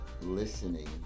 listening